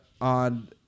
on